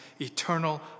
eternal